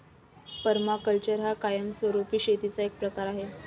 permaculture हा कायमस्वरूपी शेतीचा एक प्रकार आहे